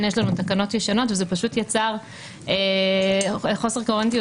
יש לנו תקנות ישנות וזה פשוט יצר חוסר קוהרנטיות